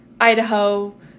Idaho